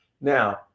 Now